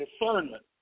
discernment